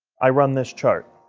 i run this chart.